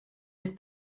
had